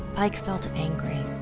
pike felt angry.